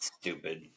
stupid